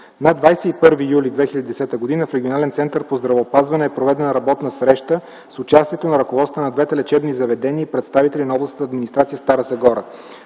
На 21 юли 2010 г. в Регионален център по здравеопазване е проведена работна среща с участието на ръководствата на двете лечебни заведения и представители на областната администрация в Стара Загора,